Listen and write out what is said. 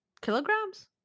kilograms